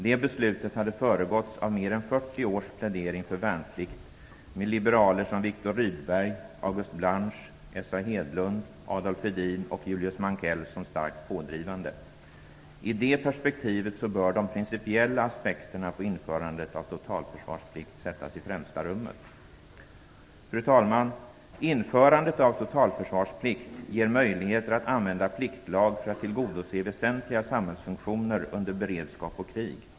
Det beslutet hade föregåtts av mer än 40 års plädering för värnplikt, med liberaler som Viktor Rydberg, August Blanche, S.A. Hedlund, Adolf Hedin och Julius Mankell som starkt pådrivande. I det perspektivet bör de principiella aspekterna på införandet av en totalförsvarsplikt sättas i främsta rummet. Fru talman! Införandet av en totalförsvarsplikt ger möjligheter att använda pliktlag för att tillgodose väsentliga samhällsfunktioner under beredskap och krig.